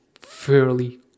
fairly